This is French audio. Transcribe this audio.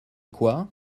quoi